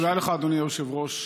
תודה לך, אדוני היושב-ראש.